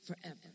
forever